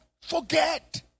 forget